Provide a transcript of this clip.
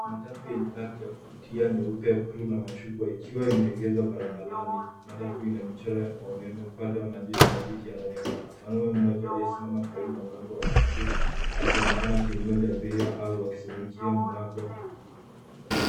Matatu yenye rangi ya kuvutia, nyeupe buluu na machungwa ikiwa imeegeshwa barabarani. Matatu Ina michoro ya umeme. Upande wa madirisha vitu yanaonekana. Mmanamme mmoja aliyesimama karibu na mlango wa matatu akionekana akimngoja abiria au akizungukia mlango.